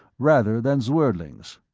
rather than zwerdling's.